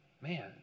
Man